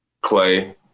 Clay